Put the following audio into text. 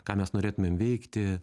ką mes norėtumėm veikti